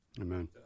Amen